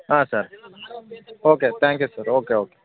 ಹಾಂ sir okay thank you sir okay okay